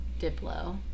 Diplo